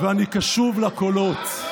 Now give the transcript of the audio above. ואני קשוב לקולות.